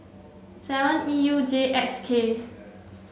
seven E U J X K